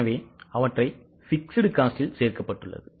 எனவே அவற்றை fixed cost ல் சேர்க்கப்பட்டுள்ளது